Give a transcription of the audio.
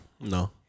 No